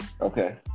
okay